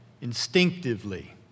instinctively